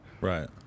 Right